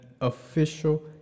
official